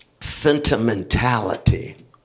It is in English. sentimentality